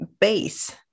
base